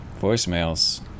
voicemails